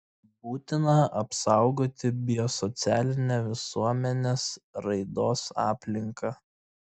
būtina apsaugoti biosocialinę visuomenės raidos aplinką